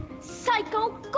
Psycho